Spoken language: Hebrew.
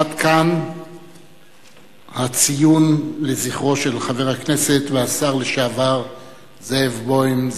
עד כאן ציון זכרו של חבר הכנסת והשר לשעבר זאב בוים,